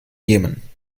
jemen